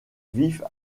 vif